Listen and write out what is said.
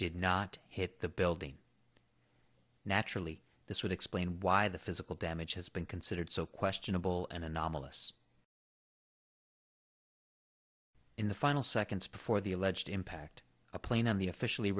did not hit the building naturally this would explain why the physical damage has been considered so questionable and anomalous in the final seconds before the alleged impact a plane on the officially